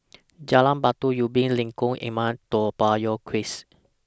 Jalan Batu Ubin Lengkong Enam Toa Payoh Crest